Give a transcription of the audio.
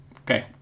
Okay